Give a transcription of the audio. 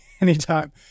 anytime